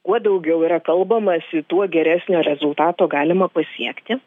kuo daugiau yra kalbamasi tuo geresnio rezultato galima pasiekti